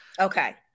Okay